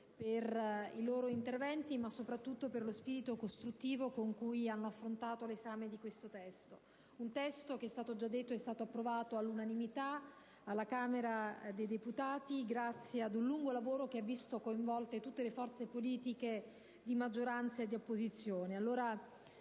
per i loro interventi, ma soprattutto per lo spirito costruttivo con cui hanno affrontato l'esame di questo provvedimento. Il testo, come è stato già detto, è stato approvato all'unanimità dalla Camera dei deputati, grazie ad un lungo lavoro che ha visto coinvolte tutte le forze politiche, di maggioranza di opposizione.